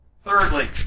Thirdly